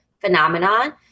phenomenon